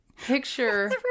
picture